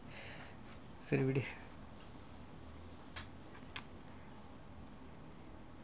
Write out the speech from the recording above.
சரி விடு:sari vidu